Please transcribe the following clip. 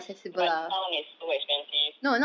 but town is so expensive